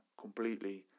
completely